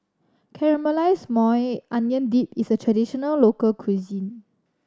Caramelize Maui Onion Dip is a traditional local cuisine